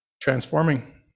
transforming